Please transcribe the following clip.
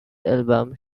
album